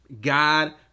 God